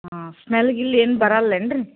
ಹಾಂ ಸ್ಮೆಲ್ ಗಿಲ್ ಏನೂ ಬರಲ್ಲ ಏನು ರೀ